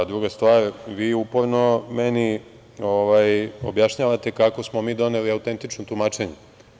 Druga stvar, vi uporno meni objašnjavate kako smo mi doneli autentično tumačenje.